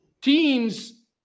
teams